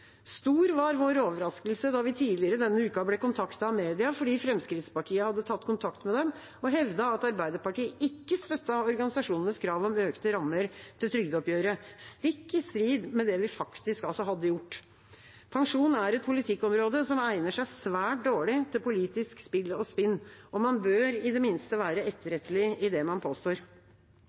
Stor var vår overraskelse da vi tidligere denne uka ble kontaktet av media fordi Fremskrittspartiet hadde tatt kontakt med dem og hevdet at Arbeiderpartiet ikke støttet organisasjonenes krav om økte rammer til trygdeoppgjøret, stikk i strid med det vi faktisk hadde gjort. Pensjon er et politikkområde som egner seg svært dårlig til politisk spill og spinn. En bør i det minste være etterrettelig i det en påstår.